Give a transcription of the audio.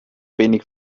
wenig